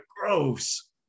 gross